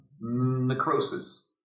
necrosis